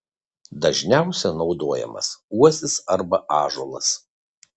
dažniausiai naudojamas uosis arba ąžuolas